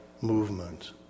movement